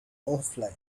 offline